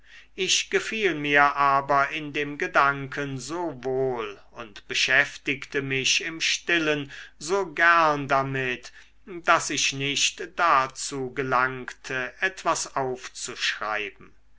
ich gefiel mir aber in dem gedanken so wohl und beschäftigte mich im stillen so gern damit daß ich nicht dazu gelangte etwas aufzuschreiben